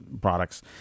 products